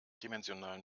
dimensionalen